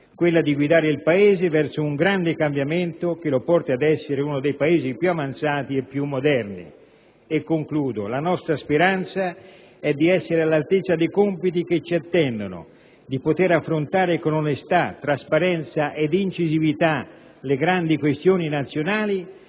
di guidare il Paese verso un grande cambiamento che lo porti ad essere uno dei Paesi più avanzati e moderni. La nostra speranza è di essere all'altezza dei compiti che ci attendono, di poter affrontare con onestà, trasparenza ed incisività le grandi questioni nazionali